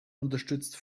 unterstützt